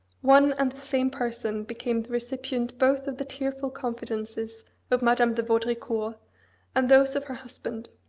one and the same person became the recipient both of the tearful confidences of madame de vaudricourt and those of her husband.